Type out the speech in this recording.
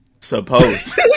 Suppose